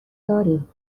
داریم